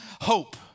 hope